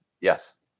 Yes